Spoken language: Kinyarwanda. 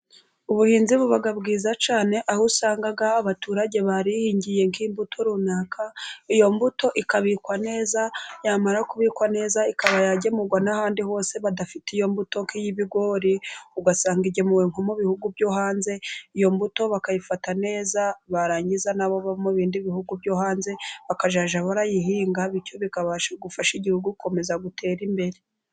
Ubuhinzi buba bwiza cyane aho usanga abaturage barihingiye nk'imbuto runaka, iyo mbuto ikabikwa neza yamara kubikwa neza ikaba yagemurwa n'ahandi hose, badafite iyo mbuto nk'iy'ibigori. Ugasanga igemuwe nko mu bihugu byo hanze, iyo mbuto bakayifata neza barangiza na bo bo mu bindi hihugu byo hanze, bakajya bayihinga bityo bikabasha gufasha igihugu gukomeza gutera imbere.